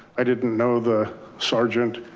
i didn't know the sergeant.